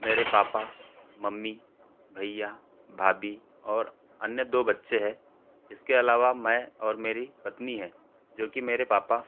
मेरे papa mummy भैया भाभी और अन्य दो बच्चे है इसके अलावा मैं और मेरी पत्नी है जो कि मेरे पापा